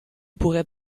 pourrais